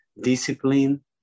Discipline